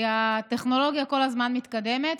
כי הטכנולוגיה כל הזמן מתקדמת,